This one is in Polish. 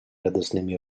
radosnymi